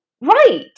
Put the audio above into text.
right